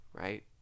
right